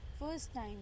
first-time